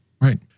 Right